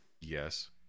Yes